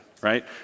right